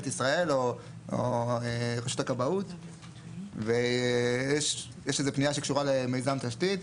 ישראל או רשות הכבאות ויש איזה פנייה שקשורה למיזם תשתית.